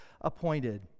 appointed